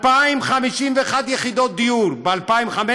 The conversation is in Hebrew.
2,051 יחידות דיור, ב-2015,